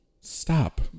Stop